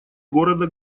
города